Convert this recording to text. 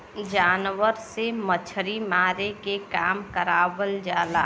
जानवर से मछरी मारे के काम करावल जाला